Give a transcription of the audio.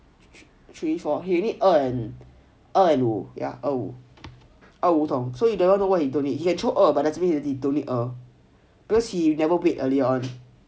three four he need 二 and 五二五同 yeah oh so you never know what you don't need 二 but doesn't mean he don't need 二 because he never bait earlier on